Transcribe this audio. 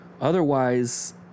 Otherwise